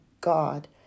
God